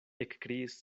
ekkriis